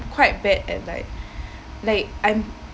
quite bad at like like I'm